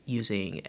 using